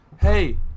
hey